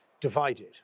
divided